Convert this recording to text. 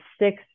six